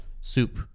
soup